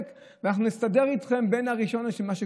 ואנחנו נסדר אתכם בין הראשונה לשנייה,